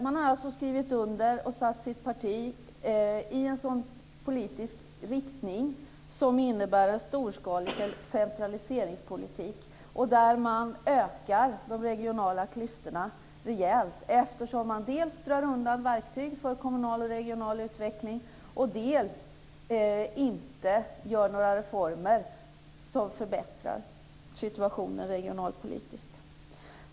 Man har alltså skrivit under på detta och placerat sitt parti i en politisk riktning som innebär en storskalig centraliseringspolitik. Man ökar de regionala klyftorna rejält eftersom man dels drar undan verktyg för kommunal och regional utveckling, dels inte gör några reformer som är av det slaget att situationen förbättras regionalpolitiskt.